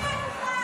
תרדי מהדוכן.